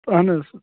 اَہَن حظ